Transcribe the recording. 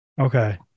Okay